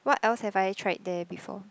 what else have I tried there before